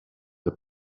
the